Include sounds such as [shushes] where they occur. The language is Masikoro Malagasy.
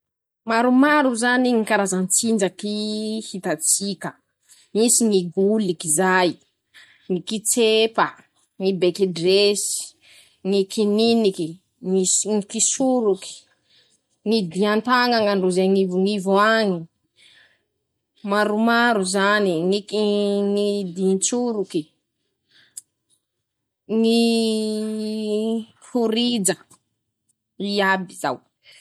.<...>Maromaro zany ñy karazan-tsinjaky hita-tsika: misy ñy goliky zay ,ñy. [shushes] kitsepa ,ñy bekidresy ,ñy kininiky ,ñy zon-kisoroky ,ñy dian-taña ñandrozy añivoñivo añy ,maromaro zany [hesitation] din-tsoroky. [hesitation] [shushes] forija ,i aby zao.